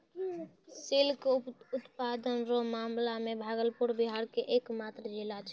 silk उत्पादन रो मामला मे भागलपुर बिहार के एकमात्र जिला छै